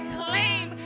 claim